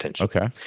Okay